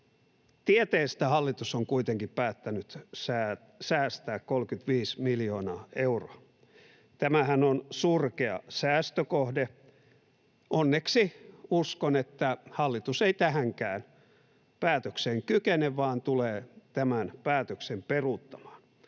Tieteestä hallitus on kuitenkin päättänyt säästää 35 miljoonaa euroa. Tämähän on surkea säästökohde. Onneksi uskon, että hallitus ei tähänkään päätökseen kykene vaan tulee tämän päätöksen peruuttamaan.